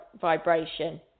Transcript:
vibration